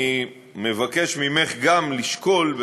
אני מבקש ממך גם לשקול,